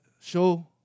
show